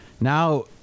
now